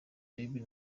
bieber